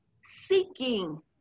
seeking